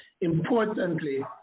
importantly